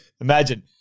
Imagine